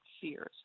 fears